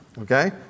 Okay